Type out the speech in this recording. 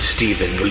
Stephen